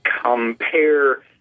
compare